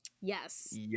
Yes